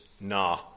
nah